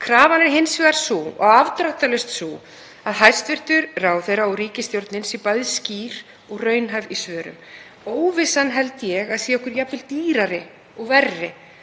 Krafan er hins vegar sú, og afdráttarlaust sú, að hæstv. ráðherra, og ríkisstjórnin, sé bæði skýr og raunhæf í svörum. Óvissan held ég að sé okkur jafnvel dýrari og verri